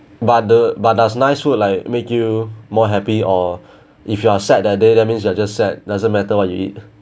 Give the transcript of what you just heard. but the but does nice food like make you more happy or if you are sad that day that means you are just sad doesn't matter what you eat